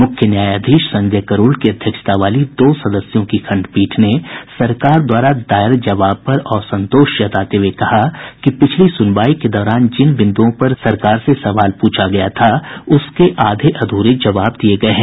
मुख्य न्यायाधीश संजय करोल की अध्यक्षता वाली दो सदस्यीय खंडपीठ ने सरकार द्वारा दायर जवाब पर असंतोष जताते हुए कहा कि पिछली सुनवाई के दौरान जिन बिंदुओं पर सरकार से सवाल पूछा गया था उसके आधे अध्रे जवाब दिये गये हैं